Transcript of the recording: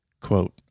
quote